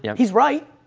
yeah he's right.